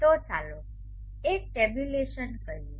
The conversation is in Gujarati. તો ચાલો એક ટેબ્યુલેશન કરીએ